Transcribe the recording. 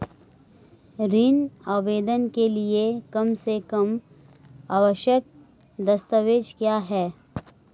ऋण आवेदन के लिए कम से कम आवश्यक दस्तावेज़ क्या हैं?